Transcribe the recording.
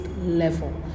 level